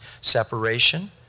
separation